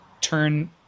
turn